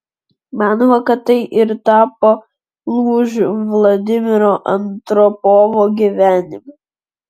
manoma kad tai ir tapo lūžiu vladimiro andropovo gyvenime